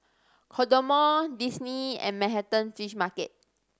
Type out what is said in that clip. Kodomo Disney and Manhattan Fish Market